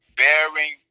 bearing